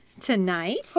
tonight